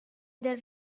del